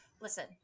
listen